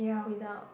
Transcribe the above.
without